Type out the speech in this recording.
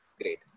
Great